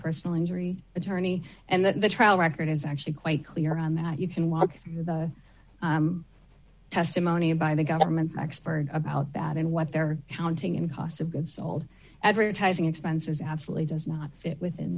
personal injury attorney and then the trial record is actually quite clear on that you can walk the testimony by the government's expert about that and what they're counting in cost of goods sold advertising expenses absolutely does not fit within